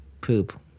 poop